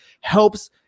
helps